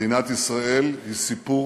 מדינת ישראל היא סיפור